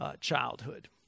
childhood